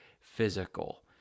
physical